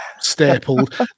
stapled